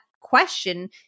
question